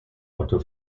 otto